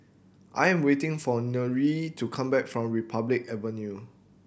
I am waiting for Nyree to come back from Republic Avenue